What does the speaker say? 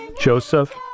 Joseph